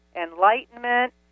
enlightenment